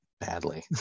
badly